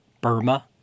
Burma